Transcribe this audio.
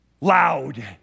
loud